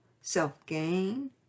self-gain